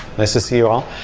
nice to see you all.